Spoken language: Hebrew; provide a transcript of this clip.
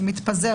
תודה.